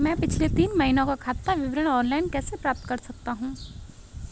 मैं पिछले तीन महीनों का खाता विवरण ऑनलाइन कैसे प्राप्त कर सकता हूं?